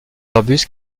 arbustes